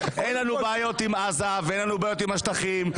אין לנו בעיות עם עזה ואין לנו בעיות עם השטחים.